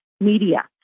media